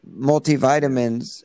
multivitamins